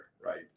right